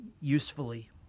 usefully